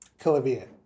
Clavier